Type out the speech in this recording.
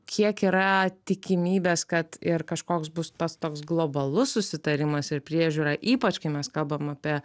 kiek yra tikimybės kad ir kažkoks bus tas toks globalus susitarimas ir priežiūra ypač kai mes kalbam apie